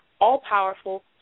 all-powerful